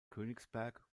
königsberg